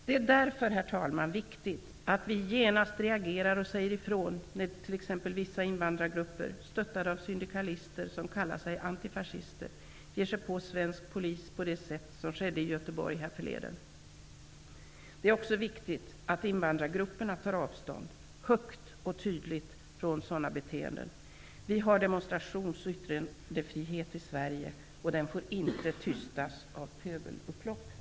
Det är därför, herr talman, viktigt att vi genast reagerar och säger ifrån t.ex. när vissa invandrargrupper, stöttade av syndikalister som kallar sig antifascister, ger sig på svensk polis på det sätt som skedde i Göteborg härförleden. Det är också viktigt att invandrargrupperna tar avstånd -- högt och tydligt -- från sådana beteenden. Vi har demonstrations och yttrandefrihet i Sverige. Den får inte tystas av pöbelupplopp.